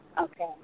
Okay